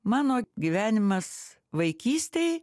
mano gyvenimas vaikystėj